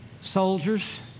soldiers